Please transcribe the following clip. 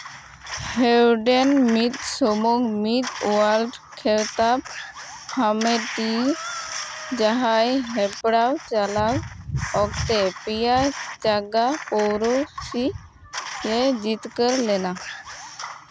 Hayden ᱢᱤᱫ ᱥᱩᱢᱩᱝ ᱢᱤᱫ ᱳᱣᱟᱨᱞᱰ ᱠᱷᱮᱛᱟᱵ ᱦᱟᱢᱮᱴᱤᱡ ᱡᱟᱦᱟᱸᱭ ᱦᱮᱯᱨᱟᱣ ᱪᱟᱞᱟᱣ ᱚᱠᱛᱮ ᱯᱮᱭᱟ ᱡᱟᱭᱜᱟ ᱯᱳᱨᱚᱥᱤ ᱮ ᱡᱤᱛᱠᱟᱹᱨ ᱞᱮᱱᱟ